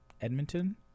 Edmonton